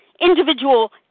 individual